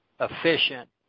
efficient